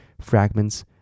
fragments